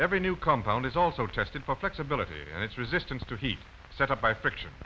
every new compound is also tested for flexibility and its resistance to heat set up by friction